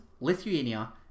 Lithuania